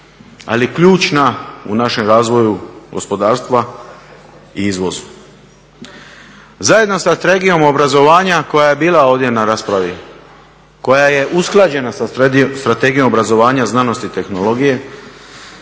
ali ključna u našem razvoju gospodarstva i izvozu. Zajedno sa Strategijom obrazovanja koja je bila ovdje na raspravi, koja je usklađena sa Strategijom obrazovanja, znanosti i tehnologije,